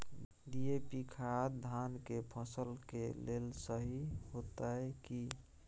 DAP खाद धान के फसल के लेल सही होतय की?